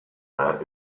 there